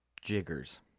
jiggers